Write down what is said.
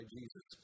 Jesus